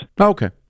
Okay